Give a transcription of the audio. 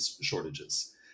shortages